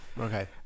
Okay